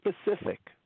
specific